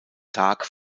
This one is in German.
tag